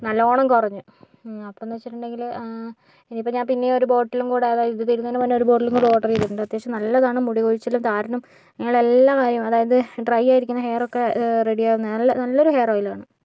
നല്ലോണം കുറഞ്ഞു അപ്പോഴെന്നുവെച്ചിട്ടുണ്ടെ ങ്കില് ഇനിയിപ്പോൾ ഞാൻ പിന്നെയും ഒരു ബോട്ടിലും കൂടെ അതായത് ഇത് തീരുന്നതിന് മുമ്പേ ഒരു ബോട്ടിലും കൂടെ ഓർഡർ ചെയ്തിട്ടുണ്ട് അത്യാവശ്യം നല്ലതാണ് മുടി കൊഴിച്ചിലും താരനും ഇങ്ങനെയുള്ള എല്ലാ കാര്യങ്ങളും അതായത് ഡ്രൈ ആയിരിക്കുന്ന ഹെയറൊക്കെ റെഡിയാവുന്ന നല്ല നല്ലൊരു ഹെയർ ഓയിലാണ്